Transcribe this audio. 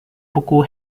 buku